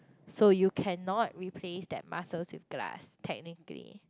so you cannot replace that muscles with glass technically